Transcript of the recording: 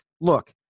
look